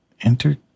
Enter